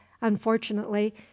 unfortunately